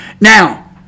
Now